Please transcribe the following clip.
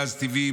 גז טבעי,